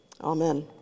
Amen